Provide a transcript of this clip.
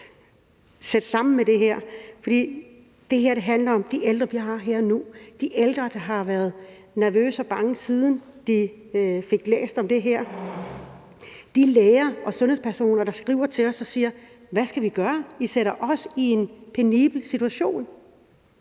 at passe med det her, for det her handler om de ældre, vi har her og nu, de ældre, der har været nervøse og bange, siden de læste om det her, og de læger og sundhedspersoner, der skriver til os og siger: Hvad skal vi gøre? I sætter os i en penibel situation.